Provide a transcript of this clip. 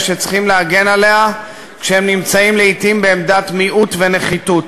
שצריכים להגן עליה כשהם נמצאים לעתים בעמדת מיעוט ונחיתות.